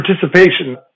participation